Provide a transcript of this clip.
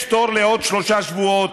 יש תור לעוד שלושה שבועות,